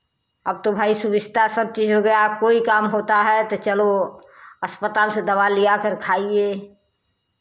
अब तो भाई सुविधा सब चीज़ हो गया कोई काम होता है तो चलो अस्पताल से दवा लियाकर खाइए